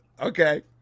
Okay